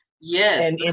Yes